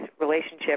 relationship